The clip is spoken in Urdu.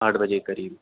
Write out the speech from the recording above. آٹھ بجے کے قریب